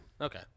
Okay